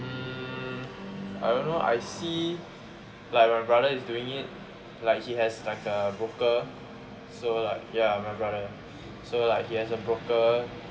mm I don't know I see like my brother is doing it like he has like a broker so like ya my brother so like he has a broker